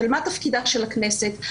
מה תפקידה של הכנסת,